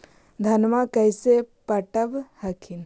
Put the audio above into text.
धन्मा कैसे पटब हखिन?